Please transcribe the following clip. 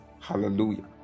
Hallelujah